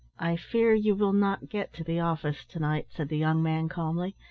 i fear you will not get to the office to-night, said the young man calmly,